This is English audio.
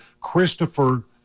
Christopher